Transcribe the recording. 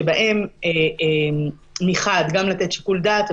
שבהם מחד גם לתת שיקול דעת,